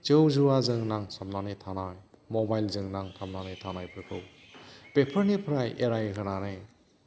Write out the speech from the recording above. जौ जुवाजों नांथाबनानै थानाय मबाइलजों नांथाबनानै थानायफोरखौ बेफोरनिफ्राय एराय होनानै